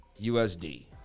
USD